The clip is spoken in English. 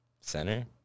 Center